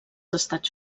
estats